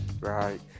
Right